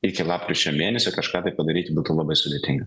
iki lapkričio mėnesio kažką padaryti būtų labai sudėtinga